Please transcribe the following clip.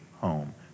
home